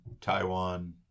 Taiwan